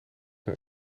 een